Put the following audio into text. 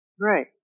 Right